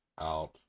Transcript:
out